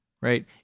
right